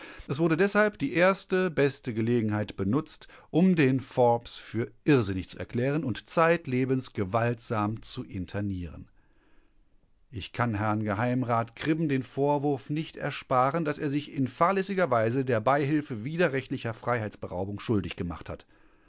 es wurde deshalb die erste beste gelegenheit benutzt um den forbes für irrsinnig zu erklären und zeitlebens gewaltsam zu internieren ich kann herrn geheimrat kribben den vorwurf nicht ersparen daß er sich in fahrlässiger weise der beihilfe widerrechtlicher freiheitsberaubung schuldig gemacht hat